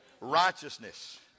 Righteousness